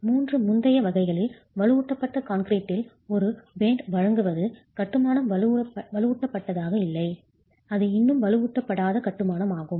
3 முந்தைய வகைகளில் வலுவூட்டப்பட்ட கான்கிரீட்டில் ஒரு பேண்ட் வழங்குவது கட்டுமானம் வலுவூட்டப்பட்டதாக இல்லை அது இன்னும் வலுவூட்டப்படாத கட்டுமானம் ஆகும்